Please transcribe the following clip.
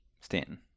Stanton